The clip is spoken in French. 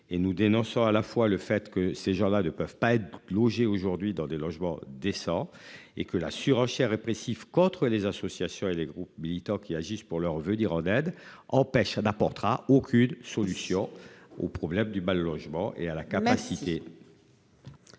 et nous dénonçons à la fois le fait que ces gens-là de peuvent pas être plongé aujourd'hui dans des logements décents et que la surenchère répressive contre les associations et les groupes militants qui agissent pour leur venir en aide empêche ça n'apportera aucune solution au problème du mal logement et à la capacité.